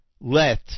let